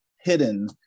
hidden